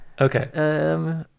Okay